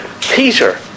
Peter